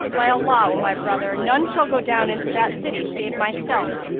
by allah, o my brother, none shall go down into that city save myself,